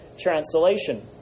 translation